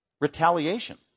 retaliation